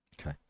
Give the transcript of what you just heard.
Okay